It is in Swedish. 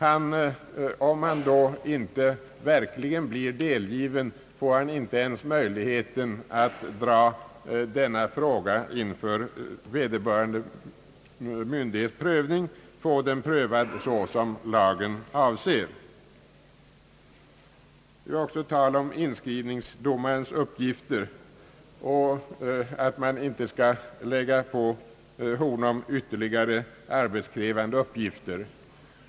Om köparen då inte blir delgiven, får han inte ens möjlighet att dra denna fråga inför vederbörande myndighets prövning, med andra ord få den prövad så som lagen avser. Justitieministern har också talat om att man inte skall lägga på inskrivningsdomaren ytterligare arbetskrävande uppgifter.